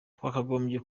twakagombye